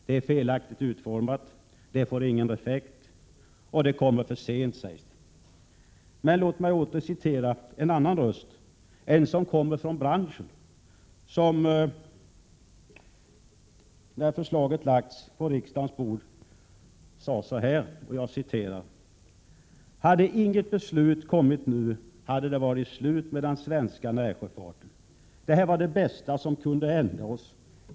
Det är felaktigt utformat, det får ingen effekt, och det kommer för sent, säger de. Låt mig citera en person från branschen som, när förslaget hade lagts fram på riksdagens bord, sade så här: ”Hade inget beslut kommit nu hade det varit slut med den svenska närsjöfarten. Det här var det bästa som kunde hända oss.